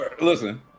Listen